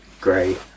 great